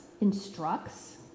instructs